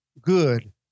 good